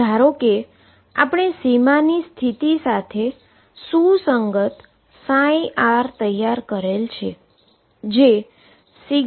ધારો કે આપણે બાઉન્ડ્રી કન્ડીશન સાથે સુસંગત ψ તૈયાર કરીએ છીએ